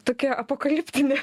tokia apokaliptinė